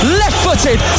left-footed